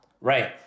Right